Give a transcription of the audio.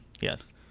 Yes